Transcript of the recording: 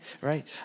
right